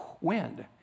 wind